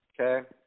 Okay